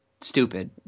stupid